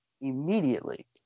immediately